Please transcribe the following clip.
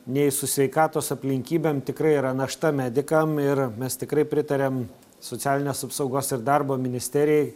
nei su sveikatos aplinkybėm tikrai yra našta medikam ir mes tikrai pritariam socialinės apsaugos ir darbo ministerijai